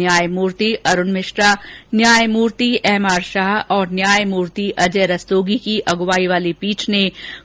न्यायमूर्ति अरूण भिश्रा न्यायमूर्ति एमआर शाह और न्यायमूर्ति अजय रस्तोगी की अगुवाई वाली पीठ ने